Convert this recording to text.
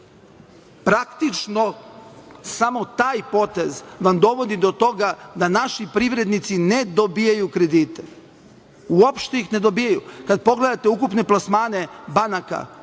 praktično, samo taj potez vam dovodi do toga da naši privrednici ne dobijaju kredite. Uopšte ih ne dobijaju. Kada pogledate ukupne plasmane banaka